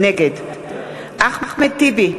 נגד אחמד טיבי,